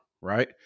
Right